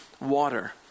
water